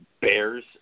bears